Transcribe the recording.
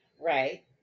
Right